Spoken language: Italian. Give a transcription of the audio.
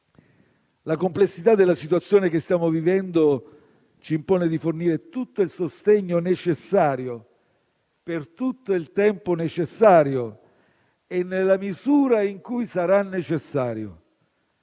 La complessità della situazione che stiamo vivendo ci impone di fornire tutto il sostegno necessario per tutto il tempo necessario e nella misura in cui sarà necessario.